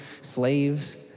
slaves